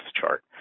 chart